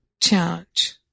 challenge